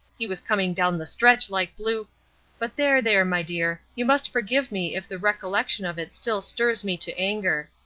he was coming down the stretch like blue but there, there, my dear, you must forgive me if the recollection of it still stirs me to anger.